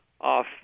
off